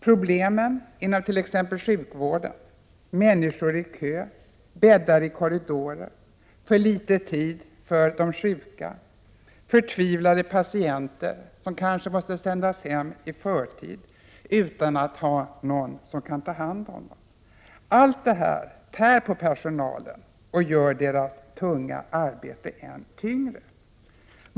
Problemen inom t.ex. sjukvården, människor i kö, bäddar i korridorer, för litet tid för de sjuka, förtvivlade patienter som kanske måste sändas hem i förtid utan att någon tar hand om dem, tär på personalen och gör deras tunga arbete än tyngre.